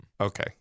Okay